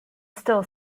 still